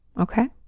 Okay